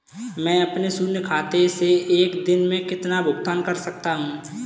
मैं अपने शून्य खाते से एक दिन में कितना भुगतान कर सकता हूँ?